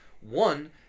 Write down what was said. One